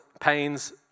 pains